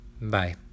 Bye